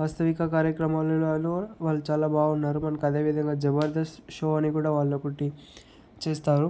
వాస్తవిక కార్యక్రమాలలో వాళ్ళు చాలా బాగున్నారు మనకు అదే విధంగా జబర్దస్త్ షో అని కూడా వాళ్ళు ఒకటి చేస్తారు